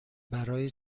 برای